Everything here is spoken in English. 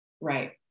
Right